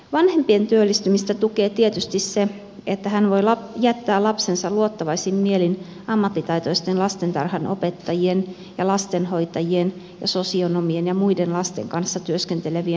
vanhempien työllistymistä tukee tietysti se että he voivat jättää lapsensa luottavaisin mielin ammattitaitoisten lastentarhanopettajien ja lastenhoitajien ja sosionomien ja muiden lasten kanssa työskentelevien huomaan